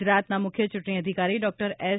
ગુજરાતના મુખ્ય ચૂંટણી અધિકારી ડોક્ટર એસ